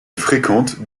fréquente